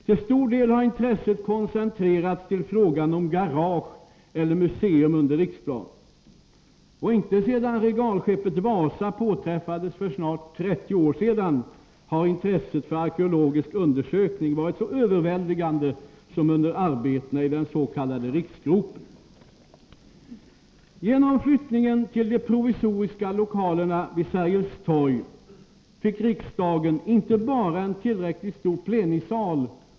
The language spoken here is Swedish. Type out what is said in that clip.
Till stor del har intresset koncentrerats till frågan om garage eller museum under Riksplan. Inte sedan regalskeppet Vasa påträffades för snart 30 år sedan har intresset för en arkeologisk undersökning varit så överväldigande som under arbetena i den s.k. Riksgropen. Genom flyttningen till de provisoriska lokalerna vid Sergels torg fick enkammarriksdagen inte bara en tillräckligt stor plenisal.